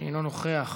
אינו נוכח,